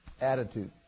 Attitude